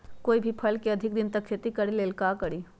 कोई भी फल के अधिक दिन तक रखे के लेल का करी?